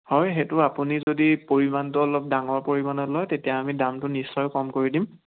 হয় সেইটো আপুনি যদি পৰিমাণটো অলপ ডাঙৰ পৰিমাণৰ লয় তেতিয়া আমি দামটো নিশ্চয় কম কৰি দিম